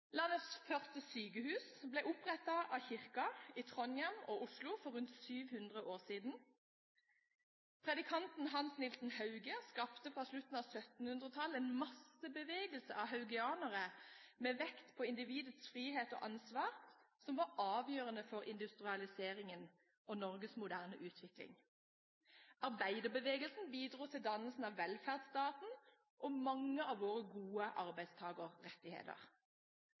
Landets første sykehus ble opprettet av Kirken i Trondheim og Oslo for rundt 700 år siden. Predikanten Hans Nielsen Hauge skapte fra slutten av 1700-tallet en massebevegelse av haugianere med vekt på individets frihet og ansvar, som var avgjørende for industrialiseringen og Norges moderne utvikling. Arbeiderbevegelsen bidro til dannelsen av velferdsstaten og mange av våre gode arbeidstakerrettigheter.